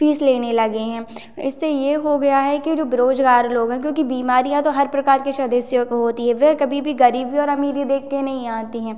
fees लेने लगे हैं इससे ये हो गया है कि जो बेरोजगार लोग हैं क्योंकि बीमारियाँ तो हर प्रकार के स्वदेशियों को होती है वह कभी भी गरीबी और अमीरी देख कर नहीं आती हैं